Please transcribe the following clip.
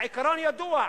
זה עיקרון ידוע: